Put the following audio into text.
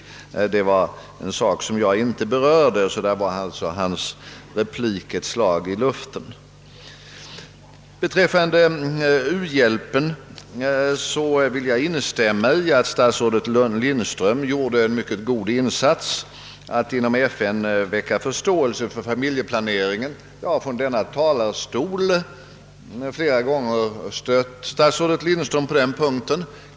Men det var frågor som jag inte berörde, och där blev alltså utrikesministerns replik ett slag i luften. Vad u-hjälpen beträffar instämmer jag i att statsrådet fru Lindström gjorde en mycket god insats för att inom FN väcka förståelse för familjeplaneringen. Jag har också från denna talarstol flera gånger stött fru Lindström på den punkten.